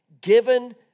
given